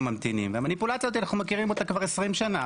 הממתינים והמניפולציה הזאת אנחנו מכירים אותה כבר 20 שנים,